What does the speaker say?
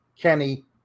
Kenny